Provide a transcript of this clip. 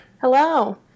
Hello